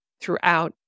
throughout